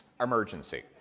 emergency